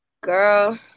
girl